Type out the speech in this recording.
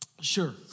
Sure